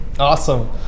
Awesome